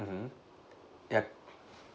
mmhmm yup